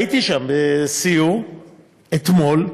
והייתי שם בסיור אתמול,